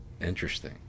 Interesting